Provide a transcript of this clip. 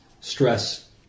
stress